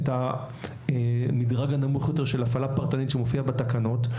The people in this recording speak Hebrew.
את המדרג הנמוך יותר של הפעלה פרטנית שמופיעה בתקנות.